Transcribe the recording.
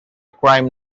crime